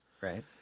Right